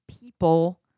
people